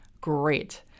great